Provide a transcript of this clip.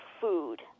food